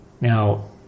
Now